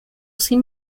sin